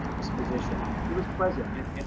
disposition. she was pleasant. and and